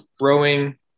rowing